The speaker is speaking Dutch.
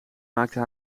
maakten